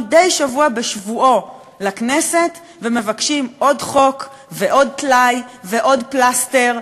מדי שבוע בשבועו לכנסת ומבקשים עוד חוק ועוד טלאי ועוד פלסטר.